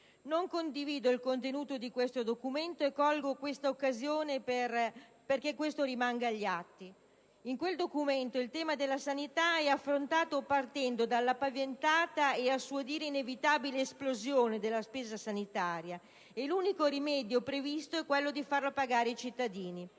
Non condivido il contenuto di questo documento e colgo questa occasione per lasciare agli atti tale mio orientamento. In quel documento il tema della sanità è affrontato partendo dalla paventata e, a suo dire, inevitabile esplosione della spesa sanitaria e l'unico rimedio previsto è quello di far pagare i cittadini.